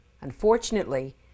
Unfortunately